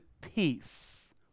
peace